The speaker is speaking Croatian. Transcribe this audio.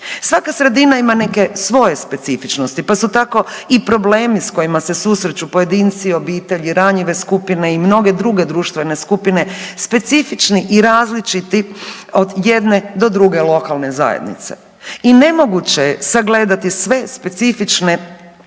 Svaka sredina ima neke svoje specifičnosti, pa su tako i problemi s kojima se susreću pojedinci i obitelji ranjive skupine i mnoge druge društvene skupine specifični i različiti od jedne do druge lokalne zajednice i nemoguće je sagledati sve specifične